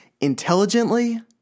intelligently